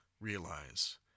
realize